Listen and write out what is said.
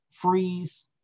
freeze